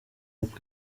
uko